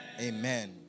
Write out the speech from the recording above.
Amen